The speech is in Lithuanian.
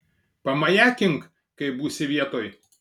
pamajakink kai būsi vietoj